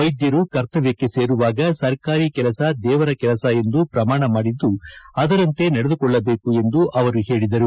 ವೈದ್ಯರು ಕರ್ತವ್ಯಕ್ಕೆ ಸೇರುವಾಗ ಸರ್ಕಾರಿ ಕೆಲಸ ದೇವರ ಕೆಲಸ ಎಂದು ಪ್ರಮಾಣ ಮಾಡಿದ್ದು ಅದರಂತೆ ನಡೆದುಕೊಳ್ಳಬೇಕು ಎಂದು ಅವರು ಹೇಳಿದರು